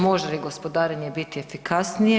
Može li gospodarenje biti efikasnije?